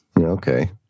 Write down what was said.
Okay